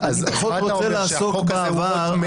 אז אתה אומר שהחוק הזה הוא אות מתה.